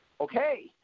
Okay